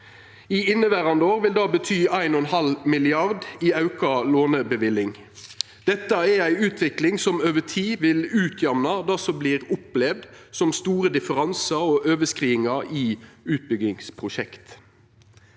I inneverande år vil det bety 1,5 mrd. kr i auka låneløyving. Dette er ei utvikling som over tid vil jamna ut det som vert opplevd som store differansar og overskridingar i utbyggingsprosjekt.